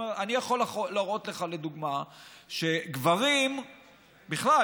אני יכול להראות לך לדוגמה שגברים בכלל,